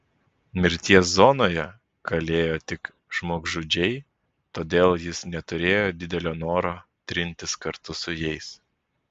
mirties zonoje kalėjo tik žmogžudžiai todėl jis neturėjo didelio noro trintis kartu su jais